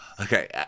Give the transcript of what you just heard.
okay